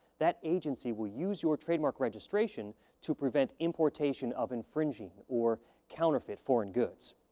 that agency will use your trademark registration to prevent importation of infringing or counterfeit foreign goods.